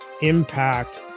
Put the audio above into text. impact